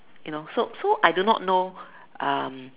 you know so so I do not know um